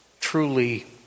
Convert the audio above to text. truly